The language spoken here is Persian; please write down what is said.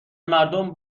مردم